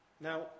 Now